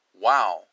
wow